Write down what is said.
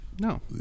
No